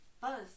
Buzz